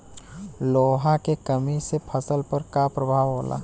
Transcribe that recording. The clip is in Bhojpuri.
लोहा के कमी से फसल पर का प्रभाव होला?